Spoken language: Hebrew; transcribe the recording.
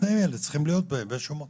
התנאים האלה צריכים להיות באיזשהו מקום,